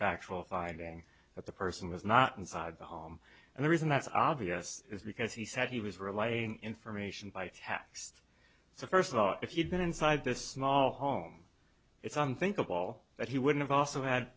factual finding that the person was not inside the home and the reason that's obvious is because he said he was relaying information by taxed so first of all if you'd been inside this small home it's unthinkable that he would've also had